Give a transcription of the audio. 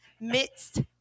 midst